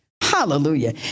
Hallelujah